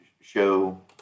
show